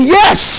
yes